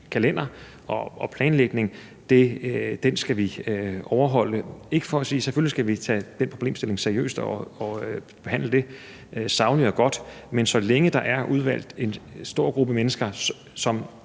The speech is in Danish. og planlægning. Det skal vi overholde. Selvfølgelig skal vi tage problemstillingen seriøst og behandlede det sagligt og godt, men så længe der er udvalgt en stor gruppe mennesker, som